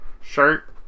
shirt